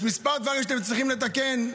יש כמה דברים שאתם צריכים לתקן,